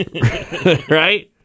right